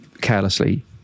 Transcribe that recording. carelessly